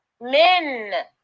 men